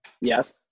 Yes